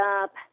up